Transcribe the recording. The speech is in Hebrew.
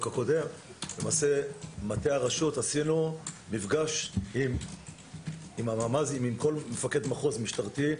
הקודם עשינו מפגש עם כל מפקדי מחוז משטרתי,